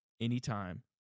anytime